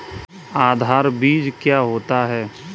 आधार बीज क्या होता है?